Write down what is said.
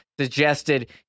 suggested